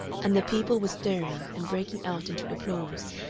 and the people were stirring and breaking out into applause,